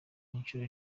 incuro